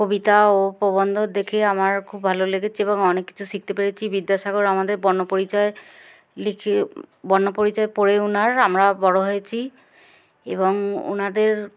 কবিতা ও প্রবন্ধ দেখে আমার খুব ভালো লেগেছে এবং অনেক কিছু শিখতে পেরেছি বিদ্যাসাগর আমাদের বর্ণপরিচয় লিখে বর্ণপরিচয় পড়ে ওনার আমরা বড়ো হয়েছি এবং ওনাদের